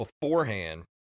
beforehand